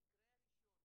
המקרה הראשון,